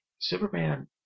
Superman